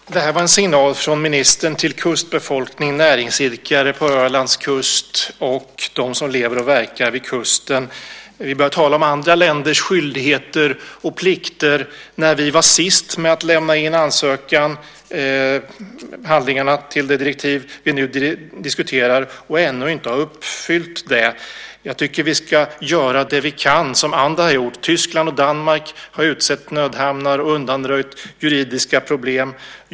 Herr talman! Detta var en signal från ministern till kustbefolkning, näringsidkare på Ölands kust och dem som lever och verkar vid kusten. Vi börjar tala om andra länders skyldigheter och plikter när vi var sist med att lämna in handlingarna till det direktiv vi nu diskuterar och ännu inte har uppfyllt detta. Jag tycker att vi ska göra det vi kan, som andra har gjort. Tyskland och Danmark har utsett nödhamnar och undanröjt juridiska problem.